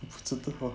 不知道